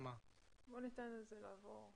בואו ניתן לזה לעבור.